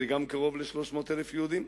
גם הם קרוב ל-300,000 יהודים.